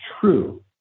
true